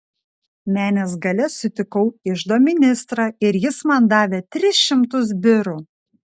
menės gale sutikau iždo ministrą ir jis man davė tris šimtus birų